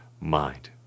mind